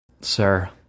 Sir